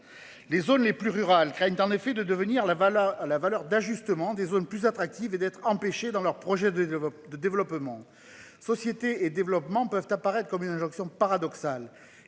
les zones les plus rurales craignent en effet de devenir la voilà à la valeur d'ajustement des zones plus attractive et d'être empêchée dans leur projet de de développement société et développement peuvent apparaître comme une injonction paradoxale